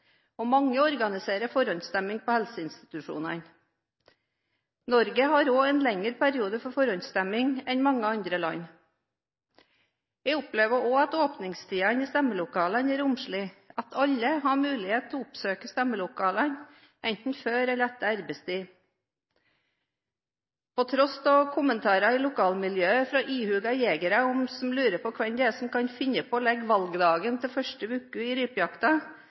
og mange organiserer forhåndsstemming på helseinstitusjonene. Norge har en lengre periode for forhåndsstemming enn mange andre land. Jeg opplever også at åpningstidene i stemmelokalene er romslige – at alle har mulighet til å oppsøke stemmelokalet enten før eller etter arbeidstid. På tross av kommentarer i lokalmiljøet fra ihuga jegere som lurer på hvem som kan finne på å legge valgdagen til første uka i rypejakta,